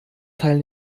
teil